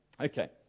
Okay